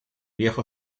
viejo